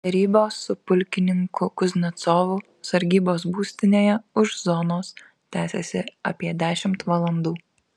derybos su pulkininku kuznecovu sargybos būstinėje už zonos tęsėsi apie dešimt valandų